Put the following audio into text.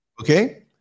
Okay